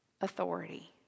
authority